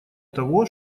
того